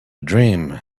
dream